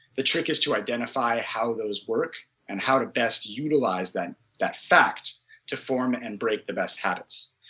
the trick is to identify how those work and how to best utilize that that fact to form and break the best habits.